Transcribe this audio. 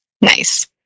Nice